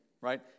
right